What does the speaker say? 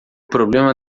problema